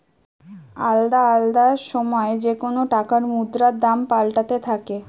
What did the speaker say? আলদা আলদা সময় যেকোন টাকার মুদ্রার দাম পাল্টাতে থাকে